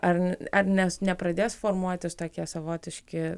ar ar nes nepradės formuotis tokie savotiški